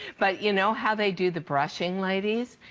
but you know how they did the brushing ladies.